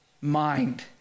mind